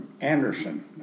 Anderson